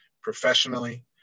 professionally